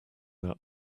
that